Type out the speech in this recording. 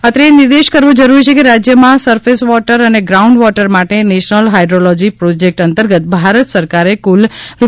અત્રે એ નિર્દેશ કરવો જરૂરી છે કે રાજ્યમાં સરફેસ વોટર અને ગ્રાઉન્ડ વોટર માટે નેશનલ હાઇડ્રીલોજી પ્રોજેકટ અંતર્ગત ભારત સરકારે કુલ રૂ